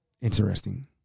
Interesting